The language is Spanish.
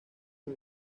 muy